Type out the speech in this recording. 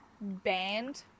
band